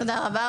תודה רבה,